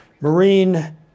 Marine